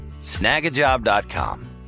Snagajob.com